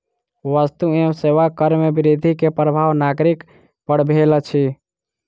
वस्तु एवं सेवा कर में वृद्धि के प्रभाव नागरिक पर भेल अछि